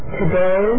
today